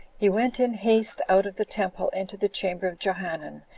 he went in haste out of the temple into the chamber of johanan,